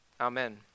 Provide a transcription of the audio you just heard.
Amen